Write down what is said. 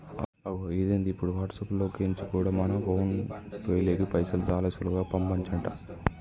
అగొ ఇదేంది ఇప్పుడు వాట్సాప్ లో కెంచి కూడా మన ఫోన్ పేలోకి పైసలు చాలా సులువుగా పంపచంట